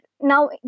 now